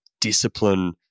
discipline